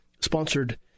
sponsored